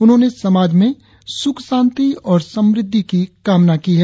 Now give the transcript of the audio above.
उन्होंने समाज में सुख शांति और समृद्धि की कामना की है